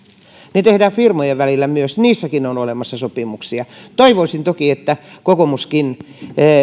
niin tehdään firmojen välillä myös niissäkin on olemassa sopimuksia toivoisin toki että kokoomuskin